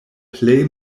plej